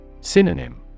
Synonym